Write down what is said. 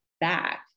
back